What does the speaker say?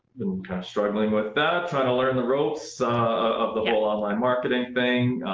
kind of struggling with that, trying to learn the ropes of the whole online marketing thing,